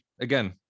again